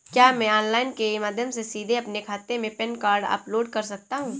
क्या मैं ऑनलाइन के माध्यम से सीधे अपने खाते में पैन कार्ड अपलोड कर सकता हूँ?